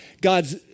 God's